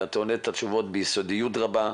ואתה עונה את התשובות ביסודיות רבה.